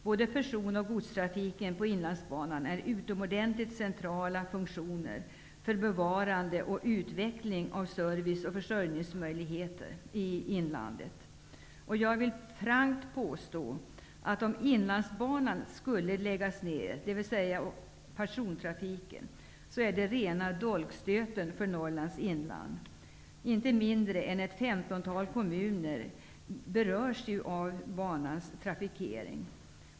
Både person och godstrafiken på Inlandsbanan är utomordentligt centrala funktioner för bevarande och utveckling av service och försörjningsmöjligheter i inlandet. Jag vill frankt påstå att om Inlandsbanan, dvs. persontrafiken, skulle läggas ned, skulle det utgöra rena dolkstöten för Norrlands inland. Inte mindre än ett femtontal kommuner berörs av trafiken på banan.